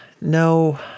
No